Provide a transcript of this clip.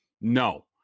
No